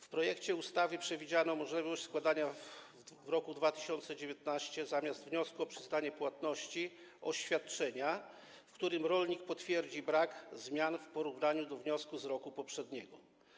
W projekcie ustawy przewidziano możliwość składania w roku 2019, zamiast wniosku o przyznanie płatności, oświadczenia, w którym rolnik potwierdzi brak zmian w porównaniu do wniosku z roku poprzedniego.